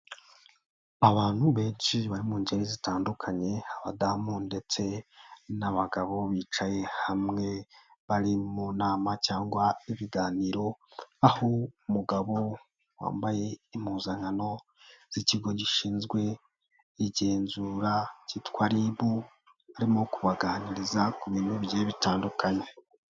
Abantu benshi bari mu ngeri zitandukanye abadamu ndetse n'abagabo bicaye hamwe bari mu nama cyangwa ibiganiro aho umugabo wambaye impuzankano z'ikigo gishinzwe igenzura kitwa RIB arimo kubaganiriza ku bintu bigiye bitandukanye.